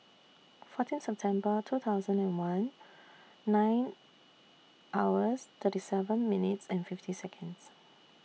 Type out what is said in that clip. fourteen September two thousand and one nine hours thirty seven minutes and fifty Seconds